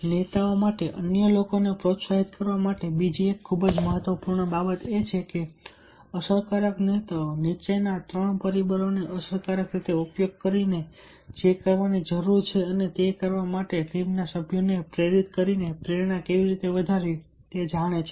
નેતાઓ માટે અન્ય લોકોને પ્રોત્સાહિત કરવા માટે બીજી એક ખૂબ જ મહત્વપૂર્ણ બાબત એ છે કે અસરકારક નેતાઓ નીચેના ત્રણ પ્રેરક પરિબળોનો અસરકારક રીતે ઉપયોગ કરીને જે કરવાની જરૂર છે અને તે કરવા માટે ટીમના સભ્યોને પ્રેરિત કરીને પ્રેરણા કેવી રીતે વધારવી તે જાણે છે